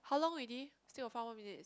how long already still got five more minutes